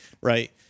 Right